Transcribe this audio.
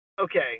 Okay